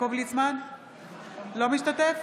לא משתתף